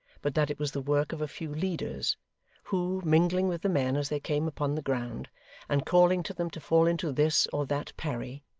but that it was the work of a few leaders who, mingling with the men as they came upon the ground and calling to them to fall into this or that parry,